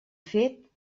fet